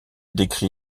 décrit